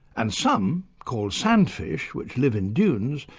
and some, called sandfish, which live in dunes,